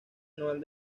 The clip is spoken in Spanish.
anual